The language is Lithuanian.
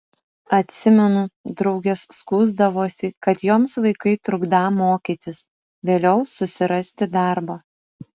atsimenu draugės skųsdavosi kad joms vaikai trukdą mokytis vėliau susirasti darbą